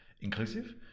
inclusive